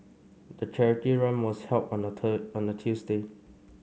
the charity run was held on a on a Tuesday